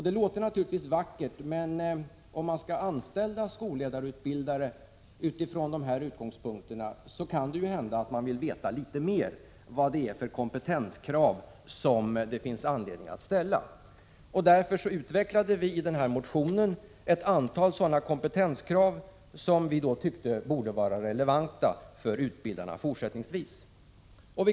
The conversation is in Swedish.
Det låter naturligtvis vackert, men om man skall anställa skolledarutbildare utifrån de utgångspunkterna, kanske man vill veta litet mera om vilka kompetenskrav som det finns anledning att ställa. Därför utvecklade vi i den aktuella motionen ett antal sådana kompetenskrav som vi tyckte borde vara relevanta för utbildarna fortsättningsvis.